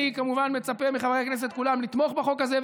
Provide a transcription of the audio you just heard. אני כמובן מצפה מחברי הכנסת כולם לתמוך בחוק הזה,